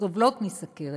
סובלות מסוכרת,